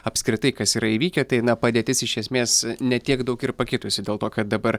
apskritai kas yra įvykę tai na padėtis iš esmės ne tiek daug ir pakitusi dėl to kad dabar